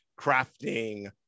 crafting